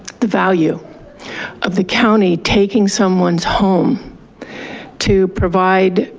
the value of the county taking someone's home to provide